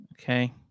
Okay